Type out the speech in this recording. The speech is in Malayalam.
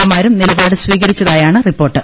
എ മാരും നില പാട് സ്വീകരിച്ചതായാണ് റിപ്പോർട്ട്